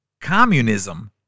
Communism